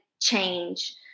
change